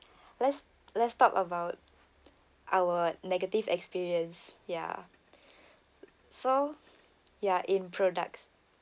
let's let's talk about our negative experience ya so ya in products